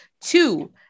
Two